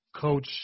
Coach